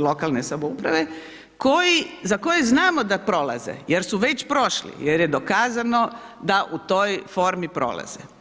lokalne samouprave koji, za koje znamo da prolaze jer su već prošli jer je dokazano da u toj formi prolazi.